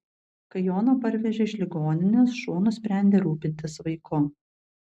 kai joną parvežė iš ligoninės šuo nusprendė rūpintis vaiku